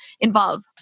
involve